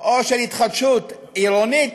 או של התחדשות עירונית